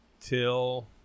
till